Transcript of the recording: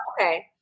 okay